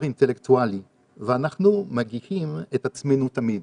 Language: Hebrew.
אינטלקטואלי ואנחנו מגיהים את עצמנו תמיד'.